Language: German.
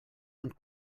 und